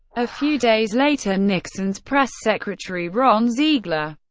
a few days later, nixon's press secretary, ron ziegler,